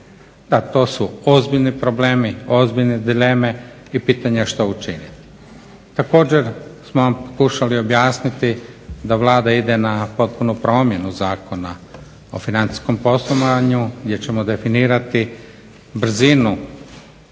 to su ozbiljni problemi, ozbiljne dileme i pitanje je što učiniti. Također smo vam pokušali objasniti da Vlada ide na potpunu promjenu Zakona o financijskom poslovanju gdje ćemo definirati brzinu